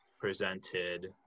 presented